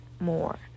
more